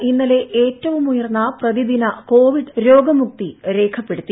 സംസ്ഥാനത്ത് ഇന്നലെ ഏറ്റവും ഉയർന്ന പ്രതിദിന കോവിഡ് രോഗമുക്തി രേഖപ്പെടുത്തി